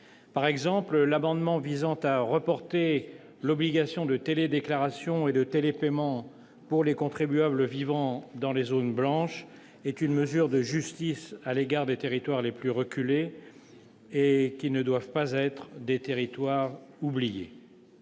Par exemple, l'amendement visant à reporter l'obligation de télédéclaration et de télépaiement pour les contribuables vivant dans les zones blanches est une mesure de justice à l'égard des territoires les plus reculés, qui ne doivent pas être des territoires oubliés.